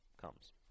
comes